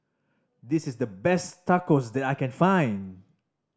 this is the best Tacos that I can find